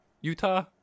Utah